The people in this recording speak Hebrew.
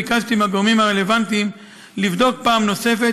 ביקשתי מהגורמים הרלוונטיים לבדוק פעם נוספת